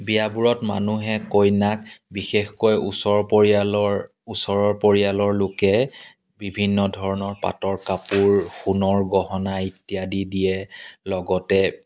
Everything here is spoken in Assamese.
বিয়াবোৰত মানুহে কইনাক বিশেষকৈ ওচৰ পৰিয়ালৰ ওচৰৰ পৰিয়ালৰ লোকে বিভিন্ন ধৰণৰ পাটৰ কাপোৰ সোণৰ গহনা ইত্যাদি দিয়ে লগতে